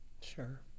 Sure